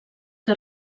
que